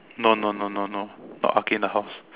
no no no no no no got arcade in the house